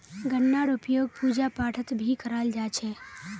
गन्नार उपयोग पूजा पाठत भी कराल जा छे